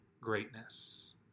greatness